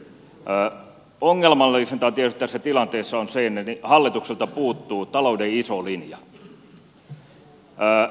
ongelmallisinta tietysti tässä tilanteessa on se että hallitukselta puuttuu talouden iso linja